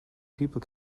people